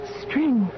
string